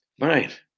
right